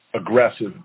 aggressive